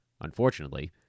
unfortunately